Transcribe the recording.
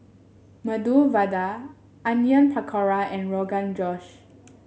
Medu Vada Onion Pakora and Rogan Josh